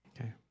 Okay